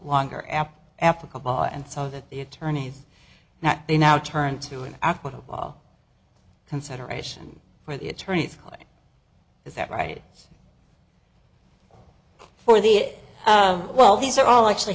longer apt applicable and so that the attorneys now they now turn to an act of all consideration for the attorneys is that right for the it well these are all actually